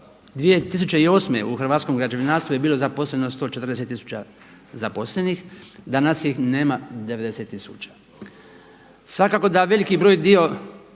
2008. u hrvatskom građevinarstvu je bilo zaposleno 140 tisuća zaposlenih, danas ih nema 90 tisuća. Svakako da veliki dio